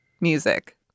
music